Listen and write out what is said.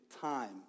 time